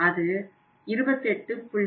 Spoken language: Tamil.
அது 28